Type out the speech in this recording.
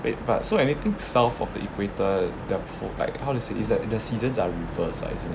wait but so anything south of the equator the err like how to say is like the seasons are reverse ah is it